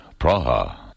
Praha